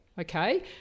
okay